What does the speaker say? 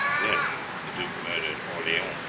then the duke murdered orleans,